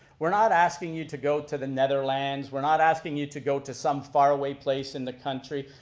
we're not asking you to go to the nederlands, we're not asking you to go to some far away place in the country,